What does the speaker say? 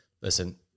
Listen